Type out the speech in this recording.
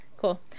cool